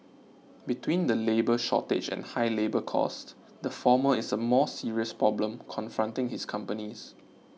between the labour shortage and high labour costs the former is a more serious problem confronting his companies